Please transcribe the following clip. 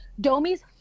Domi's